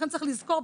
לכן צריך לזכור,